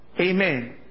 amen